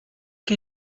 que